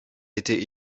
été